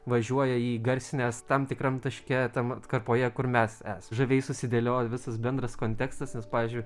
važiuoja jį įgarsinęs tam tikram taške tam atkarpoje kur mes es žaviai susidėliojo visas bendras kontekstas nes pavyzdžiui